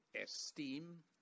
esteem